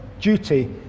duty